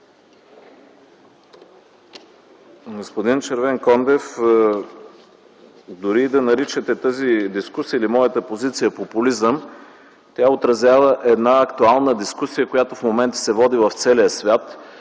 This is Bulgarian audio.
Господин Червенкондев, дори да наричате тази дискусия или моята позиция популизъм, тя отразява една актуална дискусия, която в момента се води в целия свят